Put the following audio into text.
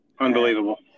Unbelievable